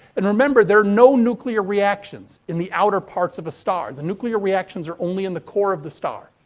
and, remember, there are no nuclear reactions in the outer parts of a star. the nuclear reactions are only in the core of the star.